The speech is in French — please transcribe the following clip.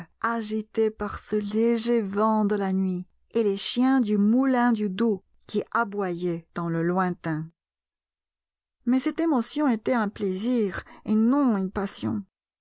agitées par ce léger vent de la nuit et les chiens du moulin du doubs qui aboyaient dans le lointain mais cette émotion était un plaisir et non une passion